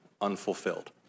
unfulfilled